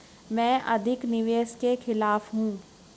मैं अधिक निवेश के खिलाफ हूँ